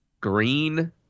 green